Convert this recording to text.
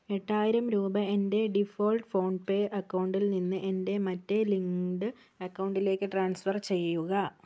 എട്ടായിരം രൂപ എൻ്റെ ഡിഫോൾട്ട് ഫോൺ പേ അക്കൗണ്ടിൽ നിന്ന് എൻ്റെ മറ്റേ ലിങ്ക്ഡ് അക്കൗണ്ടിലേക്ക് ട്രാൻസ്ഫർ ചെയ്യുക